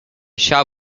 shall